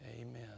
Amen